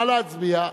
נא להצביע.